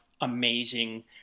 amazing